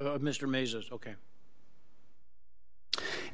notice mr mayes's ok